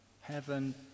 Heaven